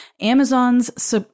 Amazon's